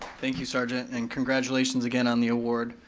thank you sergeant, and congratulations again on the award.